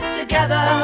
together